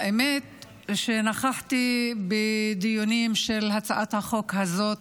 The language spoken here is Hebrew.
האמת שנכחתי בדיונים של הצעת החוק הזאת,